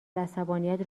عصبانیت